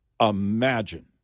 imagine